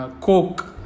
Coke